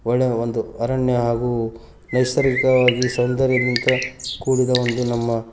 ಒಳ್ಳೆಯ ಒಂದು ಅರಣ್ಯ ಹಾಗೂ ನೈಸರ್ಗಿಕವಾಗಿ ಸೌಂದರ್ಯದಿಂದ ಕೂಡಿದ ಒಂದು ನಮ್ಮ